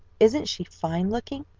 isn't she fine looking?